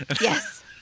Yes